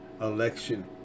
election